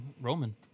roman